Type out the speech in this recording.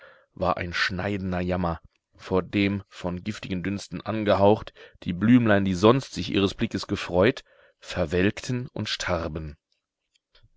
war ein schneidender jammer vor dem von giftigen dünsten angehaucht die blümlein die sonst sich ihres blicks gefreut verwelkten und starben